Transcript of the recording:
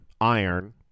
iron